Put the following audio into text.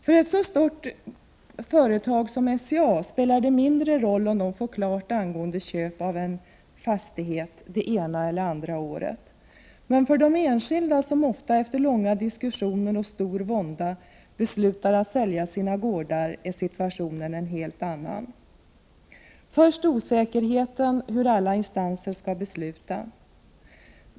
För ett så stort företag som SCA spelar det mindre roll om man får klarhet angående köp av en fastighet det ena eller andra året. För de enskilda som ofta efter långa diskussioner och stor vånda beslutar sig för att sälja sina fastigheter är emellertid situationen en helt annan. Först och främst finns det en osäkerhet om hur alla instanser skall besluta.